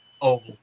Oval